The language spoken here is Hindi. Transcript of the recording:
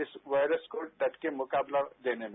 इस वायरस को डटकर मुकाबला देने में